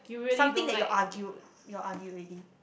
something that you argued you all argue already